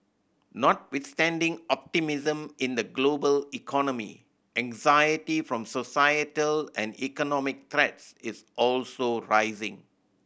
notwithstanding optimism in the global economy anxiety from societal and economic threats is also rising